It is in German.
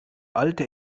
alte